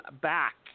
back